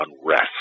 unrest